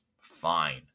fine